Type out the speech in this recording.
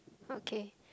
okay